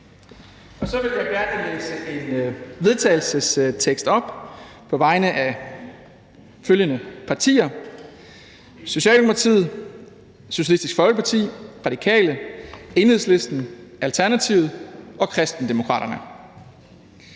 Så vil jeg gerne læse en vedtagelsestekst op. På vegne af partierne Socialdemokratiet, Socialistisk Folkeparti, Radikale, Enhedslisten, Alternativet og Kristendemokraterne